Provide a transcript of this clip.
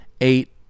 eight